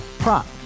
Prop